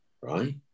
right